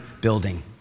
building